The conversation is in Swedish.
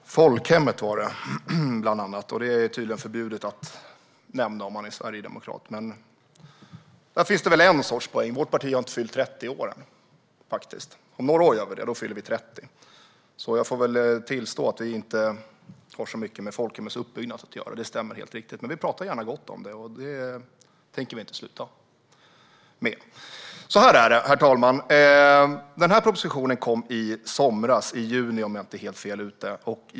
Herr talman! Folkhemmet handlade det bland annat om, och det är det tydligen förbjudet att nämna om man är sverigedemokrat. Men där finns det väl en sorts poäng. Vårt parti har inte fyllt 30 år än. Om några år fyller vi 30, så jag får väl tillstå att vi inte har så mycket med folkhemmets uppbyggnad att göra. Det stämmer och är helt riktigt. Men vi pratar gärna gott om det, och det tänker vi inte sluta med. Så här är det, herr talman: Den här propositionen kom i somras, i juni om jag inte är helt fel ute.